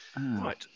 Right